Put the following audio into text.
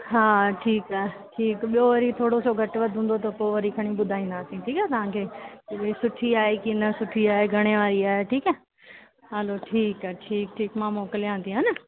हा ठीकु आहे ठीकु ॿियो वरी थोरो सो घटि वधि हूंदो त पोइ वरी खणी ॿुधाईंदासीं ठीकु आहे तव्हांखे भई सुठी आहे की न आहे सुठी आहे घणे वारी आहे ठीकु आहे हलो ठीकु आहे ठीकु ठीकु मां मोकिलियांव थी हान